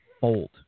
fold